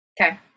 Okay